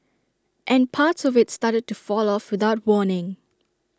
and parts of IT started to fall off without warning